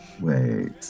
wait